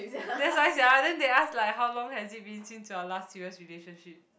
that's why sia then they ask like how long has it been since your last serious relationship